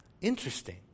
Interesting